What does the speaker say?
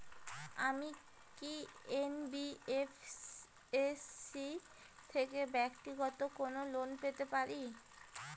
আমি কি এন.বি.এফ.এস.সি থেকে ব্যাক্তিগত কোনো লোন পেতে পারি?